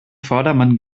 vordermann